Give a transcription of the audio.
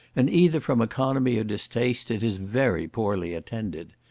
and either from economy or distaste, it is very poorly attended.